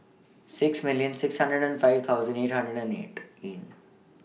six million six hundred and five thousand eight hundred and eight A